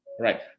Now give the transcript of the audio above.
right